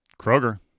Kroger